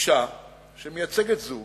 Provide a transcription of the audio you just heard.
הופיעה בוועדת הכספים אשה שמייצגת זוג